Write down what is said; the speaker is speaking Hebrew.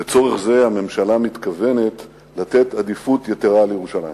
לצורך זה הממשלה מתכוונת לתת עדיפות יתירה לירושלים.